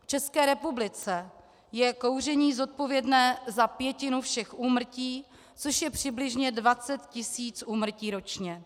V České republice je kouření zodpovědné za pětinu všech úmrtí, což je přibližně 20 tisíc úmrtí ročně.